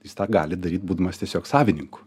jis tą gali daryt būdamas tiesiog savininku